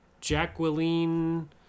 Jacqueline